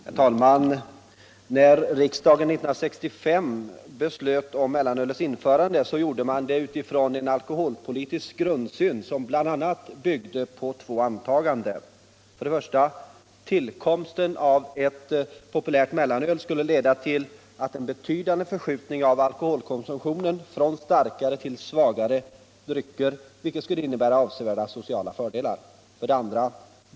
Herr talman! När riksdagen 1965 beslutade om mellanölets införande gjorde man det utifrån den alkoholpolitiska grundsyn som bl.a. byggde på två antaganden: 1. Tillkomsten av ett populärt mellanöl skulle leda till en betydande förskjutning av alkoholkonsumtionen från starkare till svagare drycker, vilket skulle innebära avsevärda sociala fördelar. 2.